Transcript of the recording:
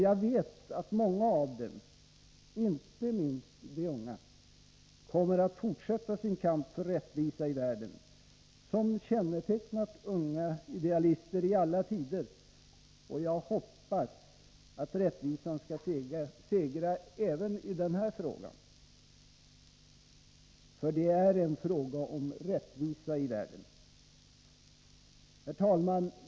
Jag vet att många av dem —- inte minst de unga — kommer att fortsätta den kamp för rättvisa i världen som kännetecknat unga idealister i alla tider. Jag hoppas att rättvisan skall segra även i denna fråga, för det är en fråga om rättvisa i världen. Herr talman!